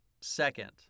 second